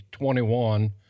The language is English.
21